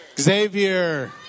Xavier